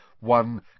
one